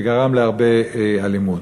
וגרמה להרבה אלימות.